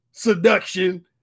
seduction